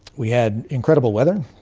we had incredible weather,